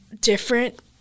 different